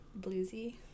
bluesy